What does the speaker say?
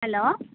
hello